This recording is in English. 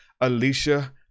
alicia